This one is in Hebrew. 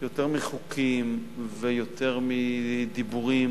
יותר מחוקים ויותר מדיבורים,